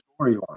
storyline